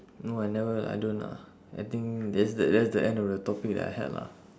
no I never lah I don't lah I think that's the that's the end of the topic that I had lah